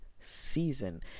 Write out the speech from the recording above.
season